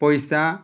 ପଇସା